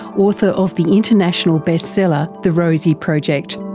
author of the international best seller the rosie project.